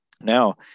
Now